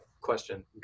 question